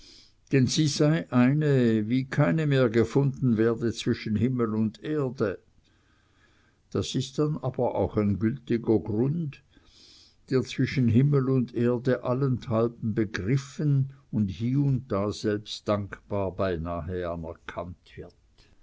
denn sie sei eine wie keine mehr gefunden werde zwischen himmel und erde das ist aber dann auch ein gültiger grund der zwischen himmel und erde allenthalben begriffen und hie und da selbst dankbar beinahe anerkannt wird